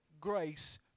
grace